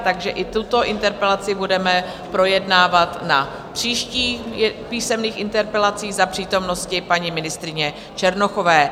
Takže i tuto interpelaci budeme projednávat na příštích písemných interpelacích za přítomnosti paní ministryně Černochové.